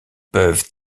peuvent